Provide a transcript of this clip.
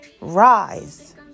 Rise